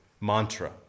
mantra